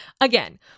Again